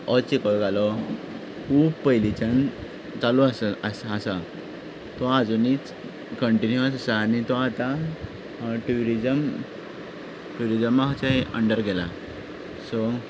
हो चिखोल कालो खूब पयलींच्यान चालू आसा आसा आसा तो आजुनीच कंटिन्युअस आसा आनी तो आतां ट्युरिझम ट्युरिझमाचे अंडर गेला सो